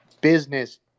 business